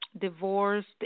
divorced